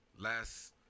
Last